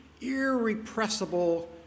irrepressible